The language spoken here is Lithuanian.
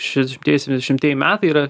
šešdešimtieji septyniasdešimtieji metai yra